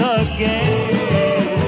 again